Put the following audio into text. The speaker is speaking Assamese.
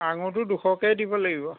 আঙুৰটো দুশকেই দিব লাগিব